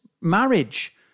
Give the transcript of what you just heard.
marriage